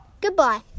goodbye